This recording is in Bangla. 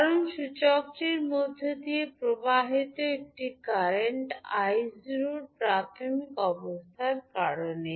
কারণ সূচকটির মধ্য দিয়ে প্রবাহিত একটি কারেন্ট 𝑖 0− এর প্রাথমিক অবস্থার কারণে